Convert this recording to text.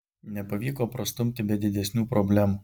nepavyko prastumti be didesnių problemų